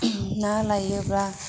ना लायोब्ला